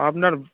আপোনাৰ